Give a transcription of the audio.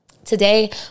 Today